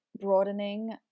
broadening